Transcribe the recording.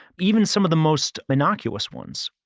even some of the most innocuous ones,